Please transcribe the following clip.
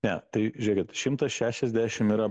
ne tai žiūrėkit šimtas šešiasdešim yra